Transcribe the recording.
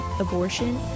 abortion